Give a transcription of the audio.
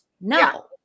No